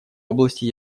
области